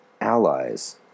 allies